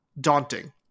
daunting